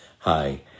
Hi